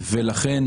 ולכן,